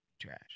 trash